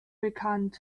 bekannt